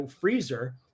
freezer